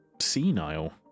senile